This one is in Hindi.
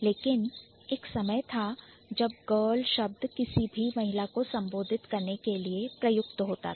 लेकिन एक समय था जब Girl शब्द किसी भी महिला को संबोधित करने के लिए प्रयुक्त होता था